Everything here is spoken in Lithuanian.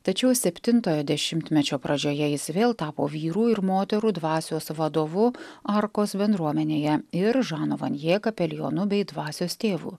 tačiau septintojo dešimtmečio pradžioje jis vėl tapo vyrų ir moterų dvasios vadovu arkos bendruomenėje ir žano van je kapelionu bei dvasios tėvu